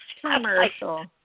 Commercial